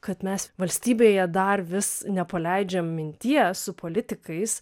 kad mes valstybėje dar vis nepaleidžiam minties su politikais